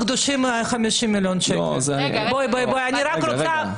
ושירותי דת יהודיים): כמה התקציב שלך בנושא הזה?